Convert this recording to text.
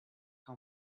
how